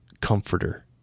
comforter